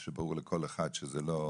שזה ברור לכל אחד שזה לא.